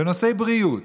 בנושא בריאות,